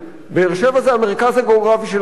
באר-שבע זה המרכז הגיאוגרפי של המדינה.